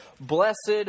blessed